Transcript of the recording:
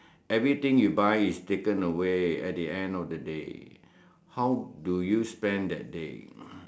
everything you buy is taken away at the end of the day how do you spend that day